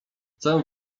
chcę